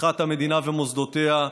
הפיכת המדינה ומוסדותיה,